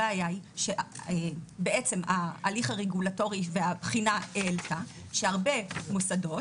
הבעיה היא שבעצם ההליך הרגולטורי והבחינה העלתה שהרבה מוסדות,